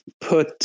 put